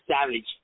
Savage